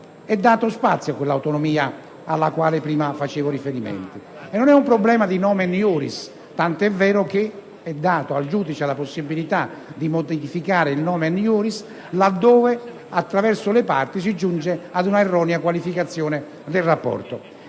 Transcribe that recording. è dato spazio a quell'autonomia alla quale ho fatto riferimento. E non è un problema di *nomen iuris* tanto è vero che è data al giudice la possibilità di modificare il *nomen iuris* laddove, attraverso le parti, si giunga ad un'erronea qualificazione del rapporto.